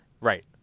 Right